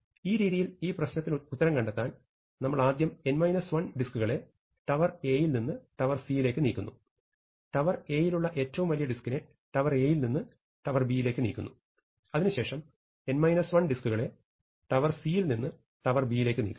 ഈ രീതിയിൽ ഈ പ്രശനത്തിനു ഉത്തരം കണ്ടെത്താൻ നമ്മൾ ആദ്യം ഡിസ്കുകളെ ടവർ A യിൽ നിന്ന് ടവർ C യിലേക്ക് നീക്കുന്നു ടവർ A യിലുള്ള ഏറ്റാവും വലിയ ഡിസ്കിനെ ടവർ A യിൽ നിന്ന് ടവർ B യിലേക്ക് നീക്കുന്നു അതിനുശേഷം ഡിസ്കുകളെ ടവർ C യിൽ നിന്ന് ടവർ B യിലേക്ക് നീക്കുന്നു